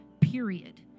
period